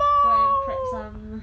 go and prep some